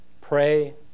pray